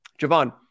Javon